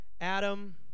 Adam